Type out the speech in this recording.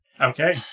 Okay